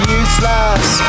useless